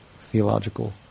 theological